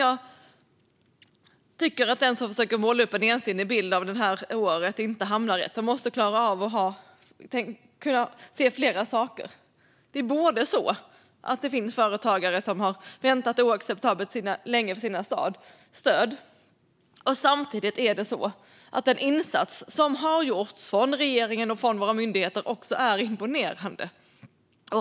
Jag tycker att den som försöker måla upp en ensidig bild av detta år måste kunna se flera saker. Det finns företagare som har väntat oacceptabelt länge på sina stöd. Samtidigt är det så att den insats som har gjorts från regeringen och från våra myndigheter är imponerande.